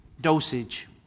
dosage